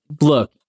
look